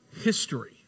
History